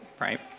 right